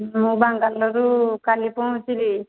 ମୁଁ ବାଙ୍ଗାଲୋରରୁ କାଲି ପହଁଞ୍ଚିଲି